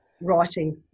Writing